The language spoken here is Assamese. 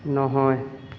নহয়